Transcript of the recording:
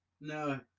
no